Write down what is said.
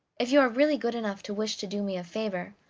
if you are really good enough to wish to do me a favor,